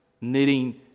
knitting